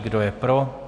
Kdo je pro?